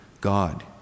God